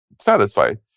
Satisfied